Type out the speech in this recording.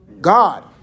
God